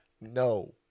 No